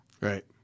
Right